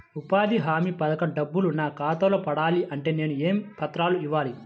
ఉపాధి హామీ పథకం డబ్బులు నా ఖాతాలో పడాలి అంటే నేను ఏ పత్రాలు ఇవ్వాలి?